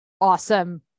awesome